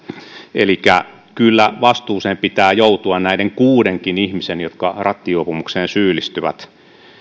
elikkä kyllä vastuuseen pitää joutua näiden kuudenkin ihmisen jotka rattijuopumukseen syyllistyvät